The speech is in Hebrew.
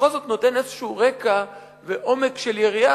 בכל זאת זה נותן איזשהו רקע ועומק של יריעה,